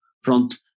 front